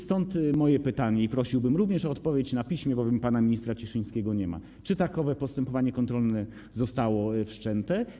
Stąd moje pytanie i prosiłbym również o odpowiedź na piśmie, bowiem pana ministra Cieszyńskiego nie ma: Czy takowe postępowanie kontrolne zostało wszczęte?